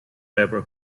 paper